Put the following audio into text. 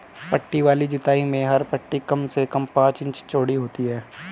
पट्टी वाली जुताई में हर पट्टी कम से कम पांच इंच चौड़ी होती है